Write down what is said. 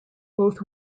both